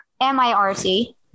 M-I-R-C